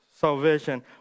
salvation